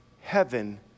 heaven